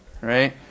right